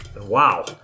Wow